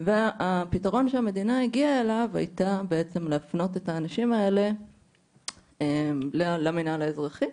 והפתרון שהמדינה הגיעה אליו הייתה להפנות את האנשים האלה למינהל האזרחי,